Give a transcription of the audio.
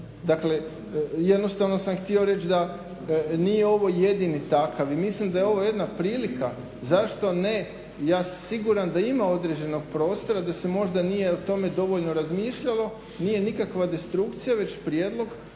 Dakle jednostavno sam htio reći da nije ovo jedini takav. I mislim da je ovo jedna prilika zašto ne, ja sam siguran da ima određenog prostora da se možda nije o tome dovoljno razmišljalo. Nije nikakva destrukcija već prijedlog